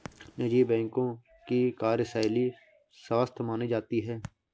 निजी बैंकों की कार्यशैली स्वस्थ मानी जाती है